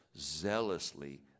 zealously